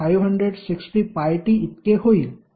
तर ते 7560πt इतके होईल